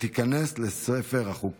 אני קובע כי הצעת חוק